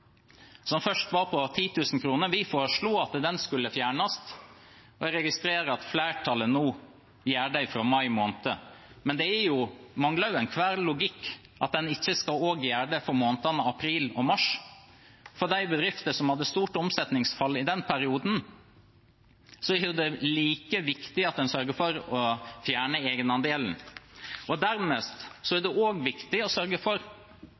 som først var på 10 000 kr. Vi foreslo at den skulle fjernes, og jeg registrerer at flertallet nå gjør det fra mai måned. Men det mangler jo enhver logikk at en ikke også skal gjøre det for månedene april og mars. For de bedriftene som hadde stort omsetningsfall i den perioden, er det jo like viktig at en sørger for å fjerne egenandelen. Det er også viktig å sørge for